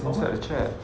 don't start the chat